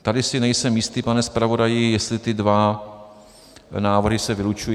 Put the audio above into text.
Tady si nejsem jistý, pane zpravodaji, jestli ty dva návrhy se vylučují.